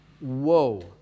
Whoa